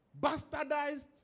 bastardized